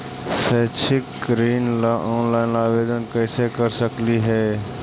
शैक्षिक ऋण ला ऑनलाइन आवेदन कैसे कर सकली हे?